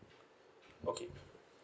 okay